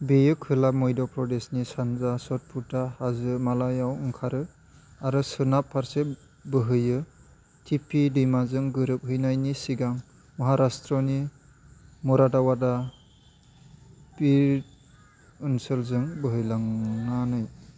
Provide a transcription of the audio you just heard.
बेयो खोला मध्य प्रदेशनि सानजा सतपुटा हाजोमालायाव ओंखारो आरो सोनाब फारसे बोहैयो तिपी दैमाजों गोरोब हैनायनि सिगां महाराष्ट्रनि मरादावादा बिर्द ओनसोलजों बोहैलांनानै